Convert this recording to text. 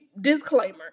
disclaimer